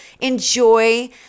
enjoy